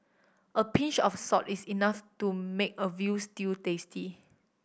a pinch of salt is enough to make a veal stew tasty